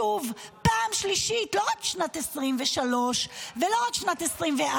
שוב, פעם שלישית, לא רק שנת 2023 ולא רק שנת 2024,